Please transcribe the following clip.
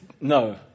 No